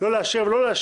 לא לאשר או לא לאשר,